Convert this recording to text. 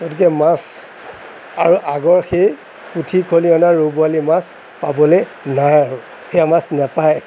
গতিকে মাছ আৰু আগৰ সেই পুঠি খলিহনা ৰৌ বৰালি মাছ পাবলৈ নাই আৰু সেয়া মাছ নাপায়